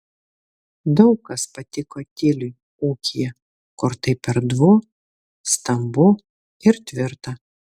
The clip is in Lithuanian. daug kas patiko tiliui ūkyje kur taip erdvu stambu ir tvirta